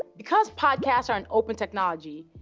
because podcasts are an open technology,